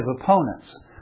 opponents